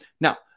Now